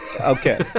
Okay